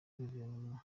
guverinoma